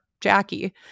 Jackie